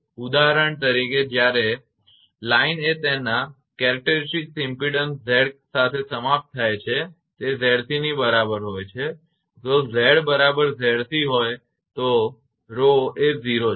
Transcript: ઉદાહરણ તરીકે જ્યારે લાઇન એ તેના લાક્ષણિક ઇમપેડન્સ Z સાથે સમાપ્ત થાય છે તે 𝑍𝑐 ની બરાબર હોય છે જો Z બરાબર 𝑍𝑐 હોય તો 𝜌 એ 0 છે